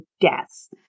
deaths